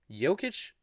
Jokic